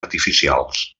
artificials